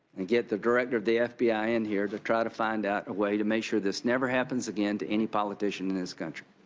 and get the director of the f b i. in here to try to find out a way to make sure this never happens again to any politician in this country.